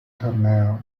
torneo